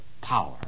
power